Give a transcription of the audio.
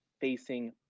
facing